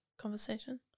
conversation